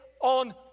on